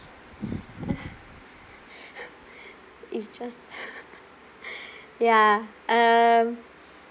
it's just ya um